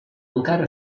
encara